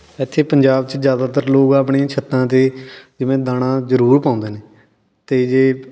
ਇੱਥੇ ਪੰਜਾਬ 'ਚ ਜ਼ਿਆਦਾਤਾਰ ਲੋਕ ਆਪਣੀਆਂ ਛੱਤਾਂ 'ਤੇ ਜਿਵੇਂ ਦਾਣਾ ਜ਼ਰੂਰ ਪਾਉਂਦੇ ਨੇ ਅਤੇ ਜੇ